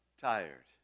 tired